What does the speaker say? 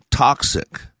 toxic